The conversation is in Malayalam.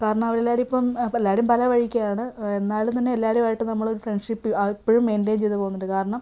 കാരണം അവരെല്ലാവരും ഇപ്പം അ അല്ല എല്ലാവരും പല വഴിക്കാണ് എന്നാലും തന്നെ എല്ലാവരുമായിട്ട് നമ്മൾ ഫ്രണ്ട്ഷിപ്പ് ഇപ്പോഴും മെയിൻ്റെയിൻ ചെയ്ത് പോവുന്നുണ്ട് കാരണം